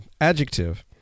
adjective